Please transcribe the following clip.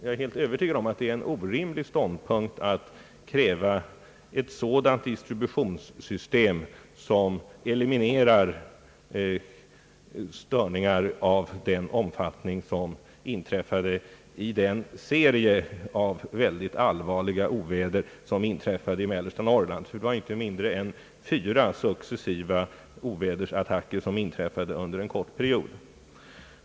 Jag är övertygad om att det är en orimlig ståndpunkt att kräva ett sådant distributionssystem som eliminerar störningar av den omfattning som uppkom vid den serie av mycket allvarliga oväder som inträffade i mellersta Norrland — det var inte mindre än fyra successiva ovädersattacker under en kort period.